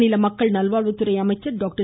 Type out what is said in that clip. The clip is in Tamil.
மாநில மக்கள் நல்வாழ்வுத்துறை அமைச்சர் டாக்டர்